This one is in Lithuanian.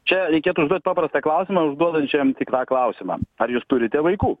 čia reikėtų užduot paprastą klausimą užduodančiajam tik tą klausimą ar jūs turite vaikų